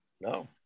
no